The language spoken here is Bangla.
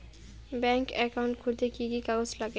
ব্যাঙ্ক একাউন্ট খুলতে কি কি কাগজ লাগে?